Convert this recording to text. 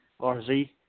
RZ